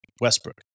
Westbrook